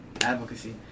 advocacy